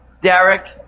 derek